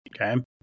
Okay